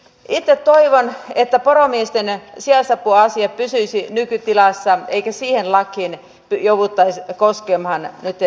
itse toivon että poromiesten sijaisapuasia pysyisi nykytilassa eikä siihen lakiin jouduttaisi koskemaan jatkossa